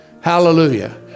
Hallelujah